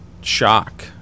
shock